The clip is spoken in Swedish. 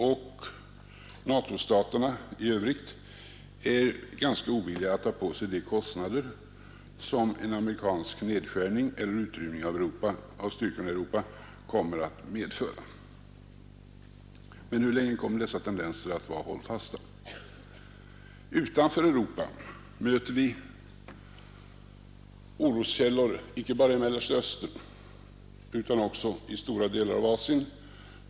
Och NATO-staterna i övrigt är ganska ovilliga att ta på sig de kostnader som en amerikansk nedskärning av eller kanske helt borttagande av styrkorna i Europa kommer att medföra. Men hur länge kommer dessa tendenser att vara hållfasta? Utanför Europa möter vi oroskällor inte bara i Mellersta Östern utan också i stora delar av Asien.